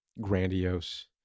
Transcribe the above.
grandiose